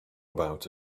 about